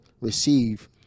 receive